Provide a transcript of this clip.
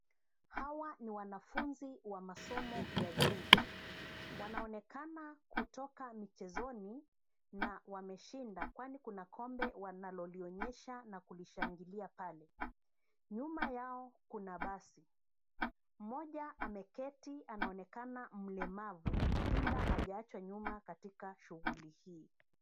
Hawa ni wanafunzi wa masomo ya juu. Wanaonekana kutoka michezoni na wameshinda kwani kuna kombe wanalolionyesha na kulishangilia pale. Nyuma yao kuna basi. Mmoja ameketi anaonekana mlemavu ila hajaachwa nyuma katika shughuli hii.